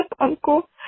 uncle